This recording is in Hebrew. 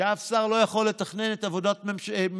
שאף שר לא יכול לתכנן את עבודת משרדו,